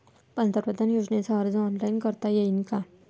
पंतप्रधान योजनेचा अर्ज ऑनलाईन करता येईन का?